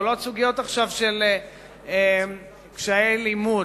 עולות עכשיו סוגיות של קשיי לימוד.